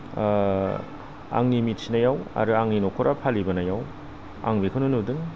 आंनि मिथिनायाव आरो आंनि न'खराव फालिबोनायाव आं बेखौनो नुदों